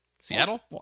Seattle